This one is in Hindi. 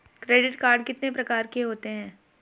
क्रेडिट कार्ड कितने प्रकार के होते हैं?